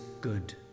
good